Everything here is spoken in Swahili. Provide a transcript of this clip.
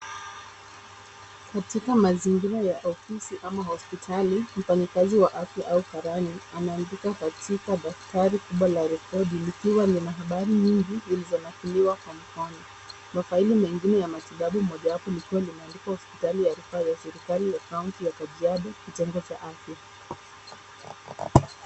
Katika mazingira ya ofisi ama hospitali, mfanyakazi wa afya au karani anaandika katika daftari kubwa la rekodi likiwa lina habari nyingi zilizonakiliwa kwa mkono. Mafaeli mengine ya matibabu mojawapo likiwa limeandikwa hospitali ya rufaa ya serikali ya kaunti ya Kajiado, kitengo cha afya.